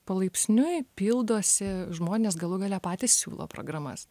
palaipsniui pildosi žmonės galų gale patys siūlo programas